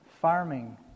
farming